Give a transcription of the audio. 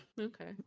Okay